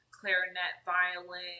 clarinet-violin